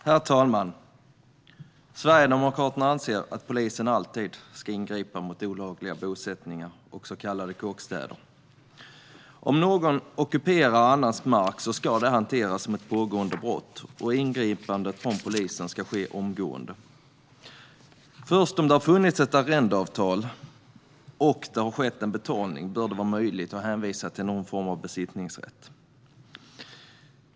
Herr talman! Sverigedemokraterna anser att polisen alltid ska ingripa mot olagliga bosättningar och så kallade kåkstäder. Om någon ockuperar annans mark ska det hanteras som ett pågående brott, och ingripandet från polisen ska ske omgående. Först om det har funnits ett arrendeavtal och det har skett en betalning bör det vara möjligt att hänvisa till någon form av besittningsrätt.